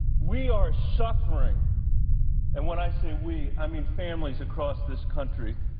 we are suffering and when i say we i mean families across this country,